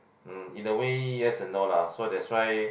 mm in a way yes and no lah so that's why